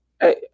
Hey